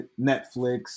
Netflix